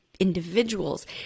individuals